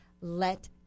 let